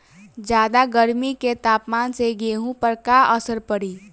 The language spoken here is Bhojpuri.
ज्यादा गर्मी के तापमान से गेहूँ पर का असर पड़ी?